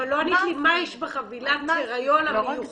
אבל לא ענית לי מה יש בחבילת הריון המיוחדת.